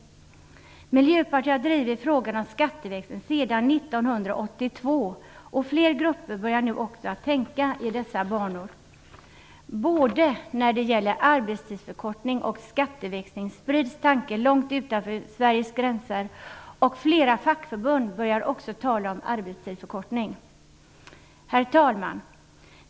Miljöpartiet har drivit frågan om skatteväxling sedan 1982, och fler grupper börjar nu också att tänka i dessa banor. När det gäller både arbetstidsförkortning och skatteväxling sprids tanken långt utanför Sveriges gränser och flera fackförbund börjar också tala om arbetstidsförkortning. Herr talman!